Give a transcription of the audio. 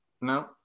No